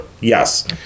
yes